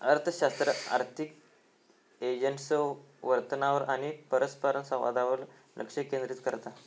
अर्थशास्त्र आर्थिक एजंट्सच्यो वर्तनावर आणि परस्परसंवादावर लक्ष केंद्रित करता